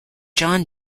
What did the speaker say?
john